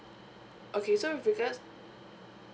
okay so with regards